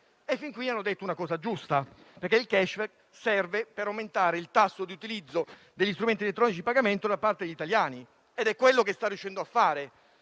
fin qui hanno detto una cosa giusta, perché il *cashback* serve per aumentare il tasso di utilizzo degli strumenti di pagamento elettronici da parte degli italiani ed è quello che sta riuscendo a fare.